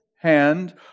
hand